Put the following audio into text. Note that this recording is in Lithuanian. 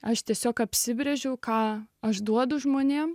aš tiesiog apsibrėžiau ką aš duodu žmonėms